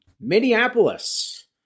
Minneapolis